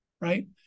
right